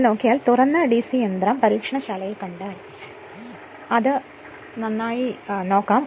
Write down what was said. നിങ്ങൾ നോക്കിയാൽ തുറന്ന ഡിസി യന്ത്രം പരീക്ഷണശാലയിൽ കണ്ടാൽ നിങ്ങൾക്ക് അത് നന്നായി നോക്കാം